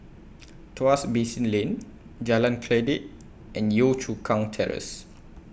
Tuas Basin Lane Jalan Kledek and Yio Chu Kang Terrace